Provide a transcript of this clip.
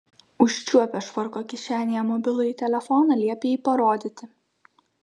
užčiuopę švarko kišenėje mobilųjį telefoną liepė jį parodyti